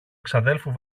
εξαδέλφου